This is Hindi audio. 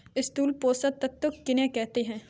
स्थूल पोषक तत्व किन्हें कहते हैं?